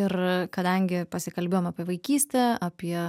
ir kadangi pasikalbėjom apie vaikystę apie